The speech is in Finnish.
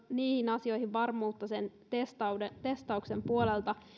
niihin asioihin varmuutta sen testauksen testauksen puolelta